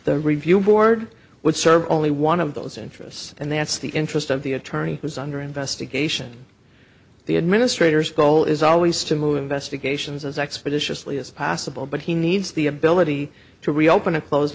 the review board would serve only one of those interests and that's the interest of the attorney who is under investigation the administrators goal is always to move investigations as expeditiously as possible but he needs the ability to reopen a closed